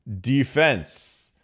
defense